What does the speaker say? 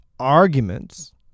arguments